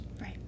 Right